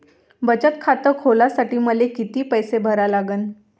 बचत खात खोलासाठी मले किती पैसे भरा लागन?